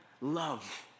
Love